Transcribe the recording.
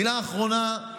מילה אחרונה, לא,